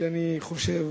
שאני חושב